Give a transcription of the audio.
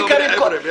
מאיפה כתוב "חבר'ה".